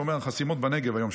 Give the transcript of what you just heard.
והוא אומר: החסימות בנגב היום,